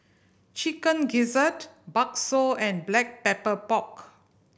Chicken Gizzard bakso and Black Pepper Pork